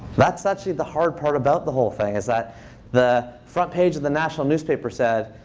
that's actually the hard part about the whole thing, is that the front page of the national newspaper said,